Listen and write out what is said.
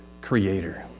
Creator